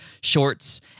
shorts